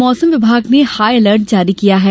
मौसम विभाग ने हाई अलर्ट जारी किया है